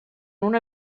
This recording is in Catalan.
una